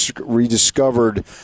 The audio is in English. rediscovered